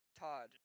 Todd